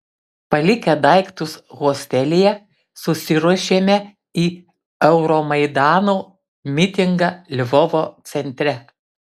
palikę daiktus hostelyje susiruošėme į euromaidano mitingą lvovo centre